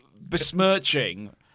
besmirching